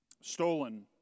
stolen